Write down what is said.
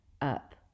Up